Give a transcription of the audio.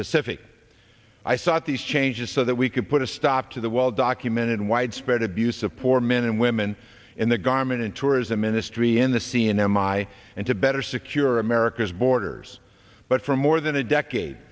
pacific i sought these changes so that we could put a stop to the well documented widespread abuse of poor men and women in the garment and tourism industry in the c n n my and to better secure america's borders but for more than a decade